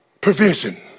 provision